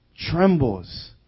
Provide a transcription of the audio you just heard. Trembles